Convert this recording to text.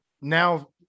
now